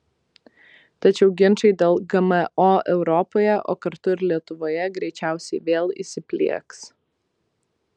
tačiau ginčai dėl gmo europoje o kartu ir lietuvoje greičiausiai vėl įsiplieks